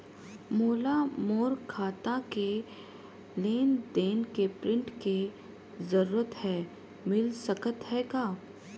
मोला मोर खाता के लेन देन के प्रिंट के जरूरत हे मिल सकत हे का?